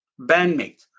bandmate